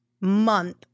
month